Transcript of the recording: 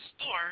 store